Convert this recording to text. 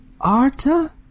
Arta